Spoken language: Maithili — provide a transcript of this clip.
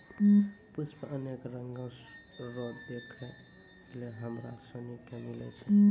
पुष्प अनेक रंगो रो देखै लै हमरा सनी के मिलै छै